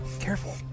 Careful